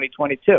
2022